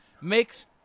Makes